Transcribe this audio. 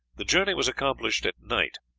the journey was accomplished at night,